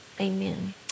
amen